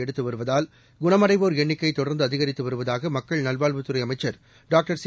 எடுத்து வருவதால் குணமடைவோர் எண்ணிக்கை தொடர்ந்து அதிகரித்து வருவதாக மக்கள் நல்வாழ்வுத்துறை அமைச்சர் டாக்டர் சி